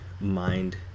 mind